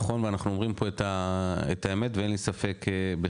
נכון ואנחנו אומרים פה את האמת ואין לי ספק בכך,